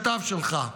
ענה את זה השותף שלך,